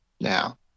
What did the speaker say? now